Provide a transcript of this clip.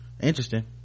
interesting